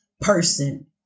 person